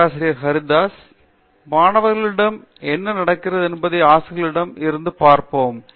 பேராசிரியர் பிரதாப் ஹரிதாஸ் மாணவர்களிடம் என்ன நடக்கிறது என்பதை ஆசிரியர்களிடம் இருந்து பார்ப்போம்